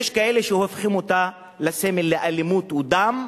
יש כאלה שהופכים אותה לסמל לאלימות ודם,